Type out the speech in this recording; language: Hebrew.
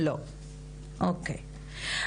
רעות אלה: קודם כל,